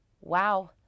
Wow